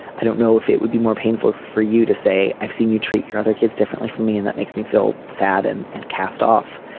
i don't know if it would be more painful for you to say i've seen you treat your other kids differently from me and that makes me feel sad and and cast off.